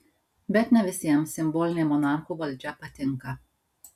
bet ne visiems simbolinė monarchų valdžia patinka